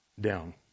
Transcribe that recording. down